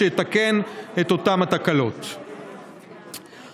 אנחנו רוצים שתתארו את הסיטואציה הבאה: